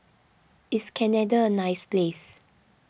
is Canada a nice place